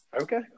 Okay